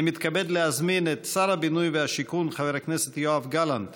אני מתכבד להזמין את שר הבינוי והשיכון חבר הכנסת יואב גלנט